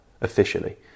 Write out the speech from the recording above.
officially